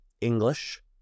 English